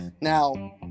Now